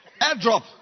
Airdrop